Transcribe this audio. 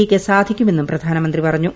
എയ്ക്ക് സാധിക്കുമെന്നും പ്രധാനമന്ത്രി പറഞ്ഞു